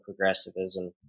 progressivism